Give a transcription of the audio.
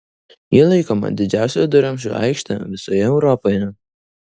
ji laikoma didžiausia viduramžių aikšte visoje europoje